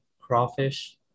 crawfish